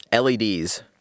leds